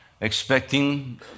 expecting